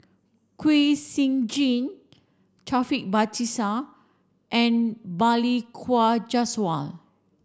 Kwek Siew Jin Taufik Batisah and Balli Kaur Jaswal